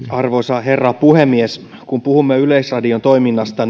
arvoisa herra puhemies kun puhumme yleisradion toiminnasta